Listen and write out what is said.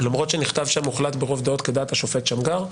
למרות שנכתב שם הוחלט ברוב דעות בדעת השופט שמגר,